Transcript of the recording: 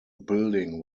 building